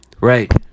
Right